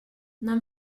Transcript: нам